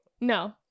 No